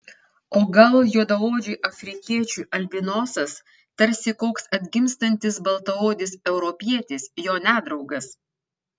o gal juodaodžiui afrikiečiui albinosas tarsi koks atgimstantis baltaodis europietis jo nedraugas